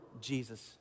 Jesus